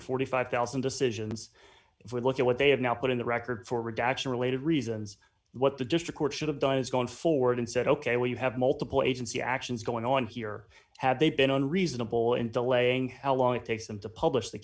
and forty five thousand decisions if we look at what they have now put in the record for redaction related reasons what the district court should have done is going forward and said ok when you have multiple agency actions going on here have they been unreasonable in delaying how long it takes them to publish the